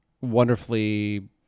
wonderfully